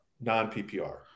Non-PPR